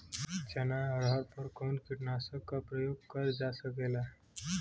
चना अरहर पर कवन कीटनाशक क प्रयोग कर जा सकेला?